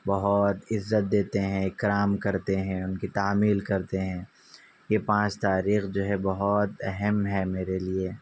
بہت عزت دیتے ہیں اکرام کرتے ہیں ان کی تعمیل کرتے ہیں یہ پانچ تاریخ جو ہے بہت اہم ہے میرے لیے